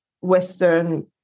Western